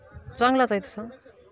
चांगलाच आहे तसा